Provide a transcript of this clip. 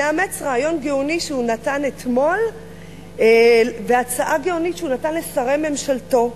נאמץ רעיון גאוני שהוא נתן אתמול והצעה גאונית שהוא נתן לשרי ממשלתו,